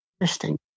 interesting